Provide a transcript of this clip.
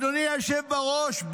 אדוני היושב-ראש,